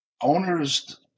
Owners